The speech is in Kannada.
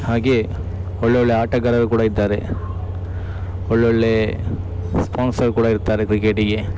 ಹಾಗೇ ಒಳ್ಳೊಳ್ಳೆಯ ಆಟಗಾರರು ಕೂಡ ಇದ್ದಾರೆ ಒಳ್ಳೊಳ್ಳೆಯ ಸ್ಪಾನ್ಸರ್ ಕೂಡ ಇರ್ತಾರೆ ಕ್ರಿಕೆಟಿಗೆ